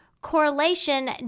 correlation